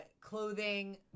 clothing